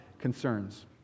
concerns